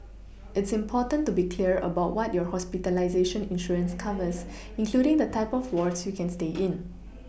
it's important to be clear about what your hospitalization insurance covers including the type of wards you can stay in